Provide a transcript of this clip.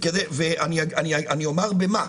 אני אומר במה.